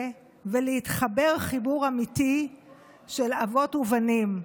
ולהתחבר חיבור אמיתי של אבות ובנים.